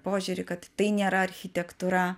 požiūrį kad tai nėra architektūra